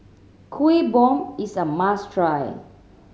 Kuih Bom is a must try